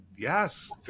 Yes